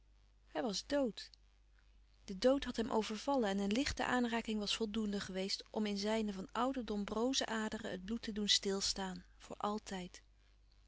hij was dood de dood had hem overvallen en een lichte aanraking was voldoende geweest om in zijne van ouderdom broze aderen het bloed te doen stil staan voor altijd